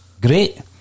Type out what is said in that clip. great